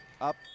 up